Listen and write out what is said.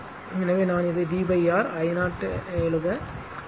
எனவே நான் இதை V R I 0 எழுத 0